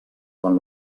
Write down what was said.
quan